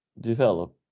develop